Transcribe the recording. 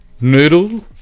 Noodle